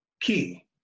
key